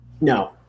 no